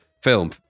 film